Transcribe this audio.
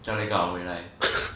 江伟叫我回来